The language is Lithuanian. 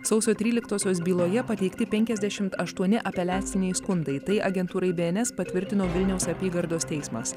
sausio tryliktosios byloje pateikti penkiasdešimt aštuoni apeliaciniai skundai tai agentūrai bns patvirtino vilniaus apygardos teismas